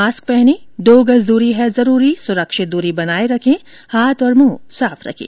mask पहनें दो गज दूरी है जरूरी सुरक्षित दूरी बनाये रखें हाथ और मुंह साफ रखें